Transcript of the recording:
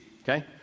okay